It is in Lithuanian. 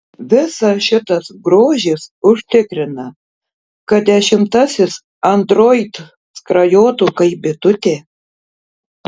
visas šitas grožis užtikrina kad dešimtasis android skrajotų kaip bitutė